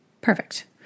Perfect